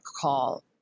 call